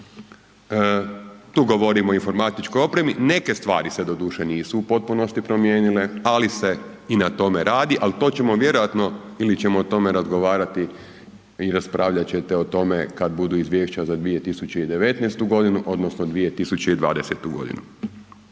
Tu govorim o informatičkoj opremi, neke stvari se doduše nisu u potpunosti promijenile ali se i na tome radi, ali to ćemo vjerojatno ili ćemo o tome razgovarati i raspravljat ćete o tome kad budu izvješća za 2019. g. odnosno 2020. godinu.